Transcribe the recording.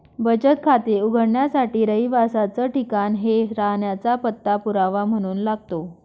बचत खाते उघडण्यासाठी रहिवासाच ठिकाण हे राहण्याचा पत्ता पुरावा म्हणून लागतो